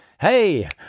hey